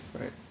Right